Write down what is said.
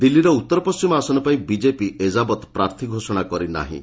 ଦିଲ୍ଲୀର ଉତ୍ତର ପଶ୍ଚିମ ଆସନ ପାଇଁ ବିଜେପି ଏଯାବତ୍ ପ୍ରାର୍ଥୀ ଘୋଷଣା କରିନାହିଁ